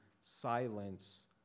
silence